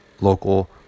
local